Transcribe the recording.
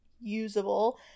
usable